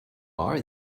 are